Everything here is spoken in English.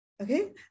Okay